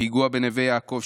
פיגוע בנווה יעקב,